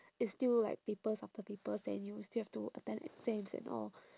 it's still like papers after papers then you still have to attend exams and all